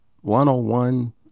one-on-one